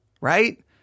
right